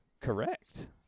Correct